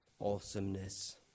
awesomeness